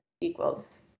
equals